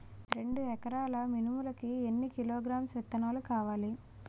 రెండు ఎకరాల మినుములు కి ఎన్ని కిలోగ్రామ్స్ విత్తనాలు కావలి?